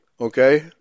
okay